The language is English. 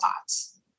thoughts